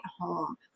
home